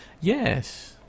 yes